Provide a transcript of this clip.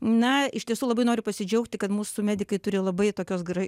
na iš tiesų labai noriu pasidžiaugti kad mūsų medikai turi labai tokios gra